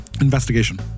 investigation